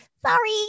Sorry